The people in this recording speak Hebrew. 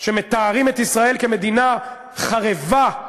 שמתארים את ישראל כמדינה חרבה,